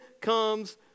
comes